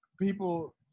people